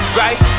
right